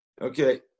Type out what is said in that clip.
Okay